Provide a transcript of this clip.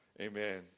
amen